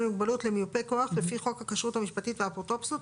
עם מוגבלות למיופה כוח לפי חוק הכשרות המשפטית והאפוטרופסות,